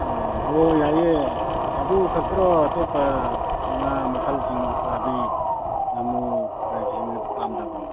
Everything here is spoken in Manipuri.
ꯎꯝ ꯍꯣꯏ ꯌꯥꯏꯌꯦ ꯑꯗꯨꯈꯛꯇꯔꯣ ꯑꯇꯣꯞꯄ ꯉꯥ ꯃꯈꯜꯁꯤꯡ ꯎꯀꯥꯕꯤ ꯉꯥꯃꯨ ꯀꯔꯤ ꯀꯔꯤꯁꯤꯡꯗꯨꯗꯣ ꯄꯥꯝꯗꯕ꯭ꯔꯣ